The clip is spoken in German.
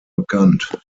bekannt